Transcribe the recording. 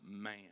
man